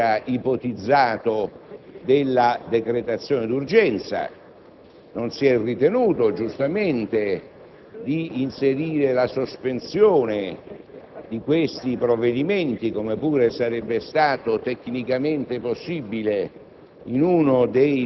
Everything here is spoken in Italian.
che pure si era ipotizzato, della decretazione d'urgenza; non si è ritenuto, giustamente, di inserire la sospensione di questi provvedimenti, come pure sarebbe stato tecnicamente possibile,